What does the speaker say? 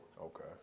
Okay